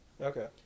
Okay